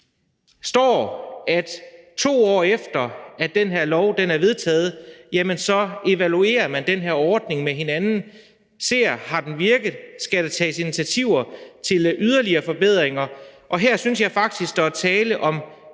står, at 2 år efter at den her lov er vedtaget, evaluerer man den her ordning og ser på, om den har virket, og om der skal tages initiativer til yderligere forbedringer. Her synes jeg faktisk, der er tale om